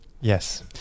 Yes